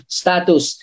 status